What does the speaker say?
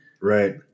right